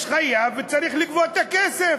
יש חייב וצריך לגבות את הכסף.